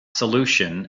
solution